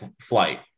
flight